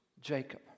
Jacob